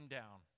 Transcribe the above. down